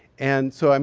and so, um